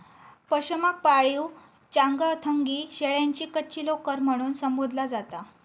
पशमाक पाळीव चांगथंगी शेळ्यांची कच्ची लोकर म्हणून संबोधला जाता